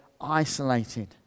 isolated